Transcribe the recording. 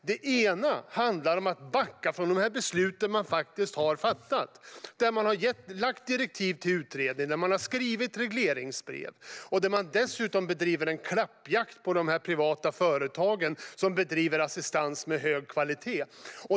Det ena är att backa från de beslut som man har fattat. Man har gett direktiv till utredningen och skrivit regleringsbrev. Men bedriver dessutom en klappjakt på de privata företag som utför assistans med hög kvalitet.